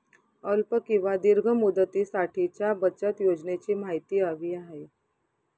अल्प किंवा दीर्घ मुदतीसाठीच्या बचत योजनेची माहिती हवी आहे